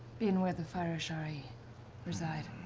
been where the fire ashari reside?